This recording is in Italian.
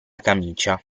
camicia